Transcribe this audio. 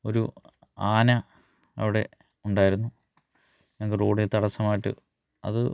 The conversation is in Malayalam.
ഒരു ആന അവിടെ ഉണ്ടായിരുന്നു ഞങ്ങൾക്ക് റോഡിൽ തടസ്സമായിട്ട് അത്